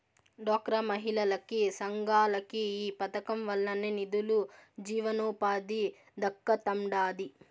డ్వాక్రా మహిళలకి, సంఘాలకి ఈ పదకం వల్లనే నిదులు, జీవనోపాధి దక్కతండాడి